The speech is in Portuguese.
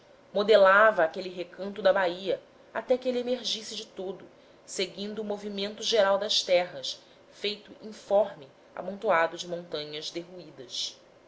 modelava aquele recanto da bahia até que ele emergisse de todo seguindo o movimento geral das terras feito informe amontoado de montanhas derruídas